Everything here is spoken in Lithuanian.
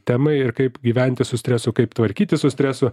temai ir kaip gyventi su stresu kaip tvarkytis su stresu